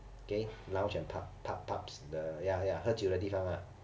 okay lounge and pubs pubs pubs the ya ya 喝酒的地方啊